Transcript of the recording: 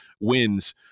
wins